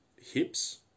hips